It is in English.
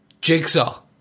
Jigsaw